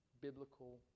biblical